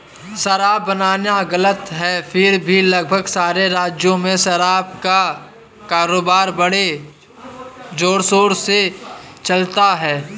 शराब बनाना गलत है फिर भी लगभग सारे राज्यों में शराब का कारोबार बड़े जोरशोर से चलता है